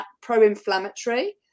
pro-inflammatory